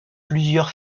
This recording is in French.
plusieurs